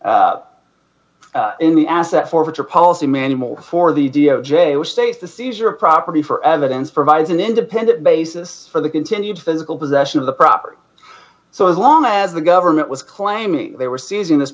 the in the asset forfeiture policy manual for the d o j were states the seizure of property for evidence provides an independent basis for the continued physical possession of the property so as long as the government was claiming they were seizing this